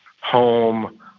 home